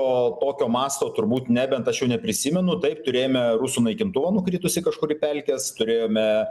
o tokio mąsto turbūt ne bent aš jau neprisimenu taip turėjome rusų naikintuvą nukritusį kažkur į pelkes turėjome